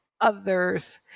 others